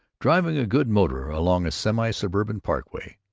driving a good motor along a semi-suburban parkway.